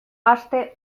hauste